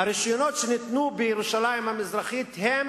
הרשיונות שניתנו בירושלים המזרחית הם